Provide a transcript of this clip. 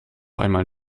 einmal